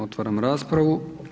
Otvaram raspravu.